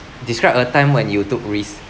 describe a time when you took risks